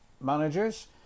managers